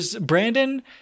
Brandon